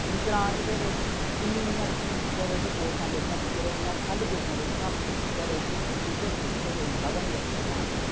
क्यूंकि ग्रां च केह् आखदे उस्सी इन्नी इन्नियां केह् आखदे उस्सी पोस्टां जेह्ड़ियां टीचरें दियां ओह् खाल्ली पेदियां रौंह्दियां ते केह् आखदे उस्सी टीचर टूचर कोई औंदा गै नेईं बच्चें गी पढ़ाने गी